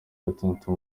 gatandatu